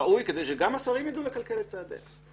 ראוי, כדי שגם השרים יידעו לכלכל את צעדיהם.